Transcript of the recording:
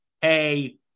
hey